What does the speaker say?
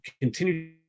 continue